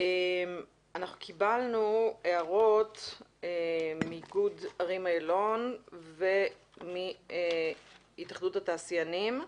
קיבלנו הערות מאיגוד ערים אילון ומהתאחדות התעשיינים.